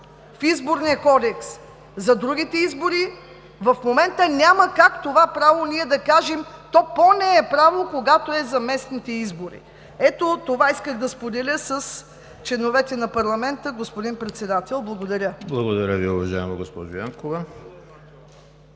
в Изборния кодекс за другите избори, в момента няма как за това право да кажем: то пò не е право, когато е за местните избори. Ето това исках да споделя с членовете на парламента, господин Председател. Благодаря. ПРЕДСЕДАТЕЛ ЕМИЛ ХРИСТОВ: Благодаря Ви, уважаема госпожо Янкова.